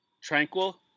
tranquil